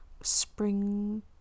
spring